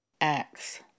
acts